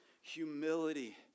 humility